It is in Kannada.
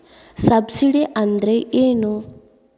ಸಬ್ಸಿಡಿ ಅಂದ್ರೆ ಏನು?